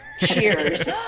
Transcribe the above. Cheers